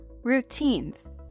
Routines